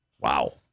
Wow